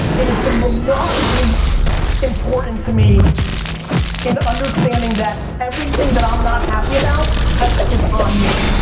it has been remarkably important to me in understanding that everything that i'm not happy about has, is on me.